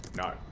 no